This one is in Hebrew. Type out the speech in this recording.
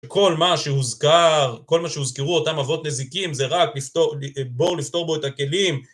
כל מה שהוזכר, כל מה שהוזכרו אותם אבות נזיקים זה רק בואו לפתור בו את הכלים